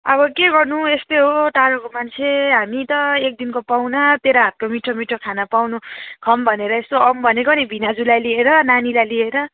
अब के गर्नु यस्तै हो टाढोको मान्छे हामी त एक दिनको पाहुना तेरो हातको मिठो मिठो खान पाउनु खाऊँ भनेर यसो आऊँ भनेको नि भिनाजुलाई लिएर नानीलाई लिएर